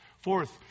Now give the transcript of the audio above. fourth